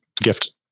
gift